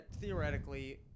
theoretically